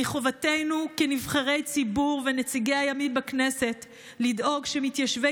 מחובתנו כנבחרי ציבור וכנציגי הימין בכנסת לדאוג שמתיישבי